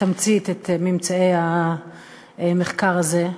בתמצית את ממצאי המחקר הזה,